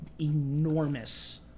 enormous